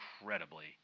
incredibly